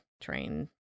train